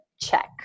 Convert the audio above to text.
check